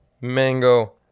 mango